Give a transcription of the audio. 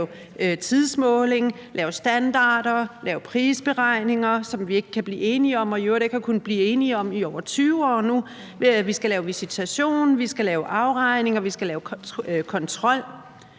til at lave tidsmåling, lave standarder, lave prisberegninger, som vi ikke kan blive enige om og i øvrigt ikke har kunnet blive enige om i over 20 år nu. Vi skal lave visitation. Vi skal lave afregning. Vi skal lave kontrol.